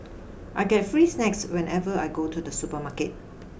I get free snacks whenever I go to the supermarket